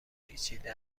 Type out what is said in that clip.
پیچیده